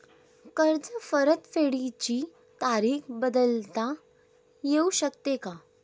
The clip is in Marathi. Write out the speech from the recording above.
कर्ज परतफेडीची तारीख बदलता येऊ शकते का?